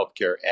Healthcare